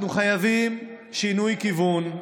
אנחנו חייבים שינוי כיוון.